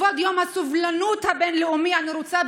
לכבוד יום הסובלנות הבין-לאומי אני רוצה,